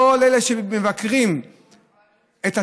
כל אלה שמבקרים את הצורה,